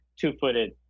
two-footed